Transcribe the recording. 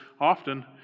often